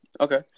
Okay